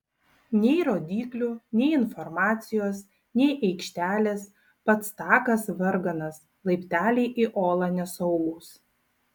nei rodyklių nei informacijos nei aikštelės pats takas varganas laipteliai į olą nesaugūs